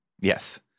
Yes